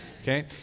Okay